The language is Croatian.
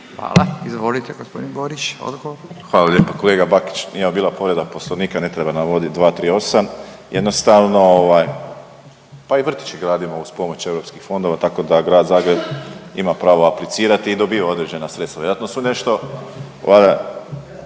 **Borić, Josip (HDZ)** Hvala lijepa. Kolega Bakić nije ovo bila povreda Poslovnika, ne treba navoditi 238. Jednostavno pa i vrtiće gradimo uz pomoć europskih fondova, tako da grad Zagreb ima pravo aplicirati i dobiva određena sredstva. I onda su nešto valjda,